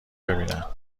ببینن